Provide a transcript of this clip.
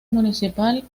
municipal